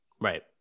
Right